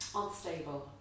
unstable